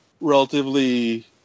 relatively